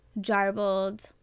jarbled